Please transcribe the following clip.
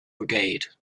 brigade